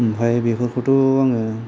ओमफ्राय बेफोरखौथ' आङो